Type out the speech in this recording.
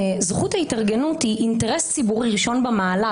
זכות ההתארגנות היא אינטרס ציבורי ראשון במעלה,